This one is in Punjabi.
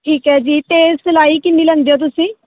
ਠੀਕ ਹੈ ਜੀ ਅਤੇ ਸਿਲਾਈ ਕਿੰਨੀ ਲੈਂਦੇ ਹੋ ਤੁਸੀਂ